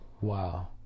Wow